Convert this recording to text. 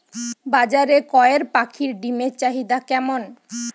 বাজারে কয়ের পাখীর ডিমের চাহিদা কেমন?